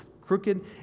crooked